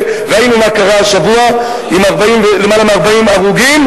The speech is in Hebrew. וראינו מה קרה השבוע עם למעלה מ-40 הרוגים,